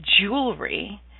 jewelry